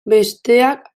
besteak